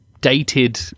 dated